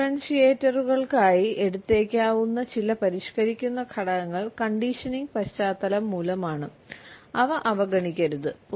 ഡിഫറൻഷിയേറ്ററുകൾക്കായി എടുത്തേക്കാവുന്ന ചില പരിഷ്ക്കരിക്കുന്ന ഘടകങ്ങൾ കണ്ടീഷനിംഗ് പശ്ചാത്തലം മൂലമാണ് അവ അവഗണിക്കരുത്